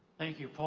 thank you,